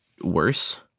worse